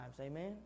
Amen